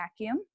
vacuum